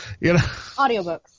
Audiobooks